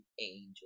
angel